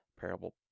parable